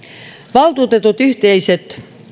valtuutetut yhteisöt